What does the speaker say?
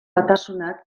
batasunak